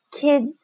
kids